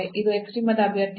ಇದು ಎಕ್ಸ್ಟ್ರೀಮದ ಅಭ್ಯರ್ಥಿಗಳು